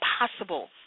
impossible